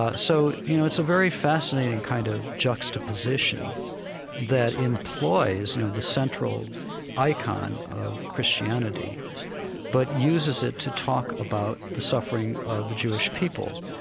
ah so, you know, it's a very fascinating kind of juxtaposition that employs, you know, the central icon of christianity but uses it to talk about the suffering of the jewish people.